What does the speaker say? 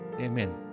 Amen